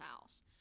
house